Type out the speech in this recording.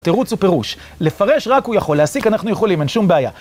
תירוץ ופירוש, לפרש רק הוא יכול, להסיק אנחנו יכולים, אין שום בעיה.